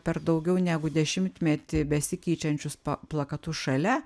per daugiau negu dešimtmetį besikeičiančius pa plakatus šalia